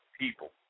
people